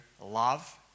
love